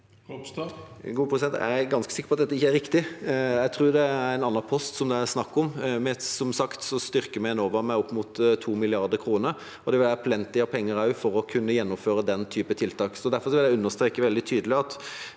Ropstad (KrF) Jeg er ganske sikker på at dette ikke er riktig. Jeg tror det er en annen post det er snakk om. Som sagt styrker vi Enova med opp mot 2 mrd. kr. Det vil være plenty av penger for å kunne gjennomføre den type tiltak. Derfor vil jeg understreke veldig tydelig at